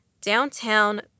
downtown